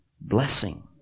blessing